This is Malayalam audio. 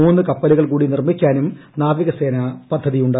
മൂന്ന് കപ്പലുകൾ കൂടി നിർമിക്കാനും നാവികസേന പദ്ധതിയുണ്ട്